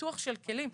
פיתוח של כלים.